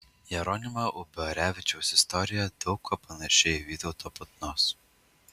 jeronimo uborevičiaus istorija daug kuo panaši į vytauto putnos